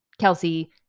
Kelsey